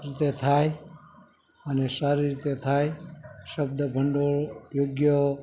રીતે થાય અને સારી રીતે થાય શબ્દભંડોળ યોગ્ય